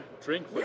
drink